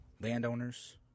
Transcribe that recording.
landowners